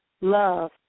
love